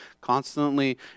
constantly